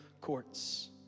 courts